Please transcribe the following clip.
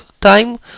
time